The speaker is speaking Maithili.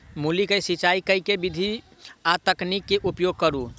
मूली केँ सिचाई केँ के विधि आ तकनीक केँ उपयोग करू?